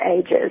ages